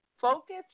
focus